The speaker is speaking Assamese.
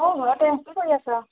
মই ঘৰতে কি কৰি আছ'